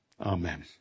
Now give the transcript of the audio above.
Amen